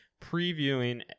previewing